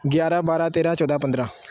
ਗਿਆਰ੍ਹਾਂ ਬਾਰ੍ਹਾਂ ਤੇਰ੍ਹਾਂ ਚੌਦ੍ਹਾਂ ਪੰਦਰ੍ਹਾਂ